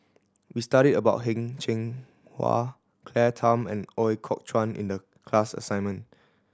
we studied about Heng Cheng Hwa Claire Tham and Ooi Kok Chuen in the class assignment